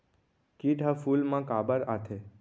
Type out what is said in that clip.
किट ह फूल मा काबर आथे?